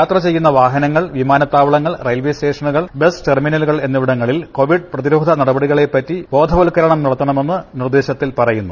യാത്ര ചെയ്യുന്ന വാഹനങ്ങൾ വിമാനത്ത്രൂപ്പള്ങൾ റെയിൽവെ സ്റ്റേഷനുകൾ ബസ് ടെർമിനലുകൾ എന്നിവിടങ്ങളിൽ കോവിഡ് പ്രതിരോധ നടപടികളെ പ്പറ്റി ബോധവത്കരണം നടത്തണമെന്ന് നിർദേശത്തിൽ പറയുന്നു